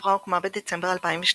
החברה הוקמה בדצמבר 2002,